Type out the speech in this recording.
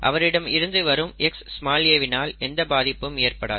அவரிடமிருந்து வரும் Xa வினால் எந்த பாதிப்பும் ஏற்படாது